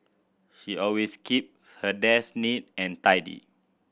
she always keeps her desk neat and tidy